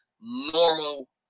normal